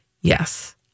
Yes